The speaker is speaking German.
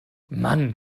mann